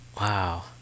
Wow